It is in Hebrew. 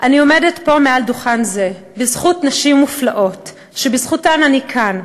אני עומדת פה על דוכן זה בזכות נשים מופלאות שבזכותן אני כאן,